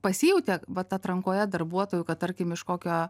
pasijautė vat atrankoje darbuotojų kad tarkim iš kokio